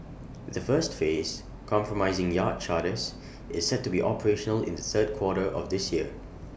the first phase comprising Yacht Charters is set to be operational in the third quarter of this year